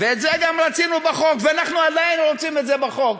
ואת זה גם רצינו בחוק ואנחנו עדיין רוצים את זה בחוק.